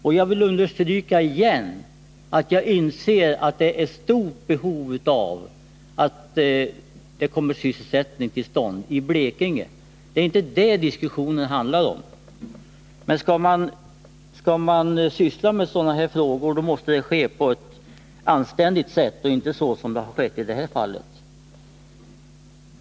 Jag vill återigen understryka att också jag inser att det är stort behov av att sysselsättning kommer till stånd i Blekinge — det är inte det som diskussionen handlar om. Skall man syssla med frågor av det här slaget, så måste det ske på ett anständigt sätt och inte så som det har skett i det här fallet.